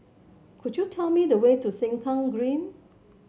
could you tell me the way to Sengkang Green